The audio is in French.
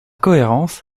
cohérence